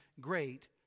great